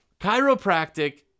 chiropractic